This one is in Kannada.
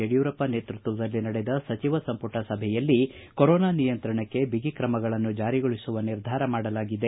ಯಡಿಯೂರಪ್ಪ ನೇತೃತ್ವದಲ್ಲಿ ನಡೆದ ಸಚಿವ ಸಂಪುಟ ಸಭೆಯಲ್ಲಿ ಕೊರೋನಾ ನಿಯಂತ್ರಣಕ್ಕೆ ಐಗಿ ಕ್ರಮಗಳನ್ನು ಜಾರಿಗೊಳಿಸುವ ನಿರ್ಧಾರ ಮಾಡಲಾಗಿದೆ